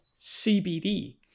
CBD